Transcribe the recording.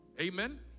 Amen